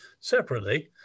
separately